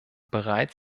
bereit